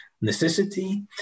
necessity